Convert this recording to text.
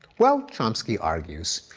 well, chomsky argues,